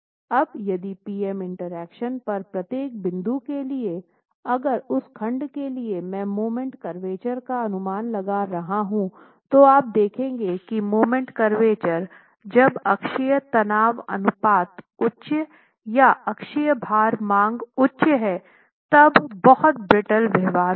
अब यदि P M interaction पर प्रत्येक बिंदु के लिए अगर उस खंड के लिए मैं मोमेंट करवेचर का अनुमान लगा रहा हूं तो आप देखेंगे की मोमेंट करवेचर जब अक्षीय तनाव अनुपात उच्च या अक्षीय भार मांग उच्च है तब बहुत ब्रिटटल व्यवहार होगा